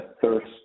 thirst